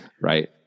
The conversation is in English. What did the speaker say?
Right